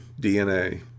DNA